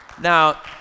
Now